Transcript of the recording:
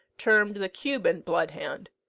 termed the cuban bloodhound.